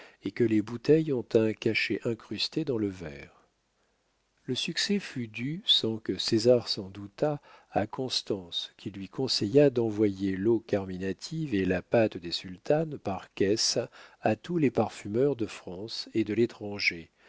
et que les bouteilles ont un cachet incrusté dans le verre le succès fut dû sans que césar s'en doutât à constance qui lui conseilla d'envoyer l'eau carminative et la pâte des sultanes par caisses à tous les parfumeurs de france et de l'étranger